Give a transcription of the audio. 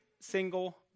single